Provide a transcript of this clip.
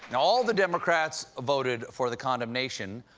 and all the democrats voted for the condemnation,